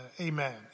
Amen